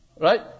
Right